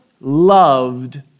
loved